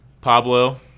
Pablo